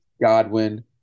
Godwin